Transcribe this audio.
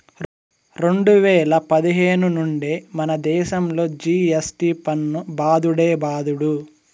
రెండు వేల పదిహేను నుండే మనదేశంలో జి.ఎస్.టి పన్ను బాదుడే బాదుడు